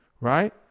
Right